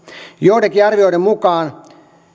joidenkin arvioiden mukaan